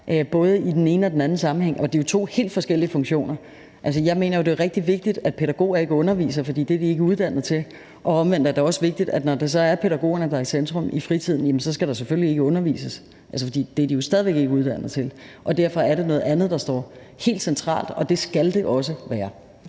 både i den ene og den anden sammenhæng. Altså, det er jo to helt forskellige funktioner, og jeg mener, det er rigtig vigtigt, at pædagoger ikke underviser, for det er de ikke uddannet til. Og omvendt er det også vigtigt, når pædagogerne så er i centrum i fritiden, at der selvfølgelig ikke skal undervises, for det er de jo stadig væk ikke er uddannet til. Og derfor er det noget andet, der står helt centralt, og det skal det også være.